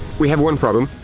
we have one problem.